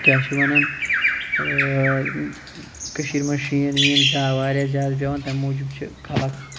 کیاہ چھِ وَنان کٔشیٖر مَنٛز شیٖن ویٖن زیا واریاہ زیادٕ پیٚوان تمہِ موٗجوٗب چھِ